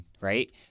Right